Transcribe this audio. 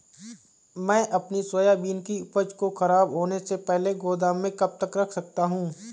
मैं अपनी सोयाबीन की उपज को ख़राब होने से पहले गोदाम में कब तक रख सकता हूँ?